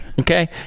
okay